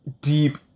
deep